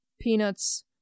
peanuts